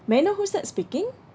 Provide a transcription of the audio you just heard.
may I know who's that speaking